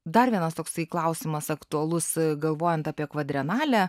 dar vienas toksai klausimas aktualus galvojant apie kvadrenalę